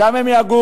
שם הם יגורו.